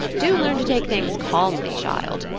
do learn to take things calmly, child.